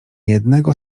jednego